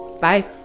Bye